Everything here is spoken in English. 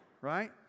right